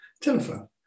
telephone